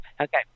Okay